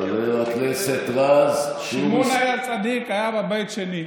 חבר הכנסת רז, שמעון הצדיק היה בבית שני,